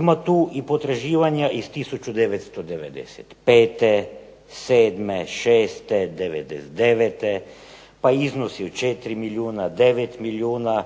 Ima tu i potraživanja iz 1995., 1997., 1996., 1999., pa iznosi od 4 milijuna, 9 milijuna.